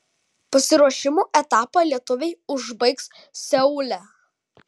pasiruošimo etapą lietuviai užbaigs seule